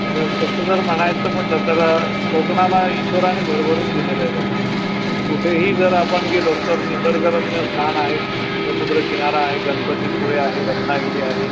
जर तसं जर म्हणायचं म्हटलं तर कोकणाला ईश्वराने भरभरून दिलेलं आहे बघा कुठेही जर आपण गेलो तर निसर्गरम्य स्थान आहेत स समुद्रकिनारा आहे गणपतीपुळे आहे रत्नागिरी आहे